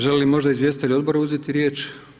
Želi li možda izvjestitelj odbora uzeti riječ?